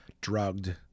drugged